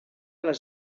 les